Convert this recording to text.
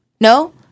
No